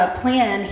plan